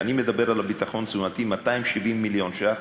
כשאני מדבר על הביטחון התזונתי, 270 מיליון ש"ח.